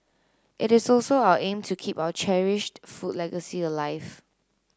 it is also our aim to keep our cherished food legacy alive